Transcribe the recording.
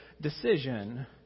decision